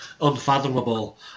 unfathomable